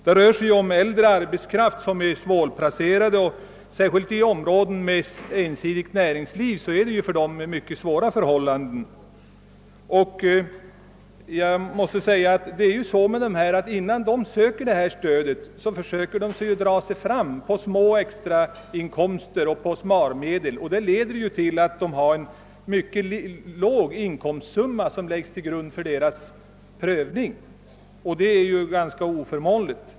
Det rör sig ju om äldre arbetskraft som är svårplacerad, och speciellt stora blir svårigheterna i områden med ensidigt näringsliv. Innan vederbörande söker detta stöd försöker de dra sig fram på små extrainkomster och på sparmedel. De har sålunda en mycket låg inkomstsumma som läggs till grund vid prövningen, något som självfallet är oförmånligt.